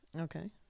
Okay